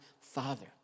father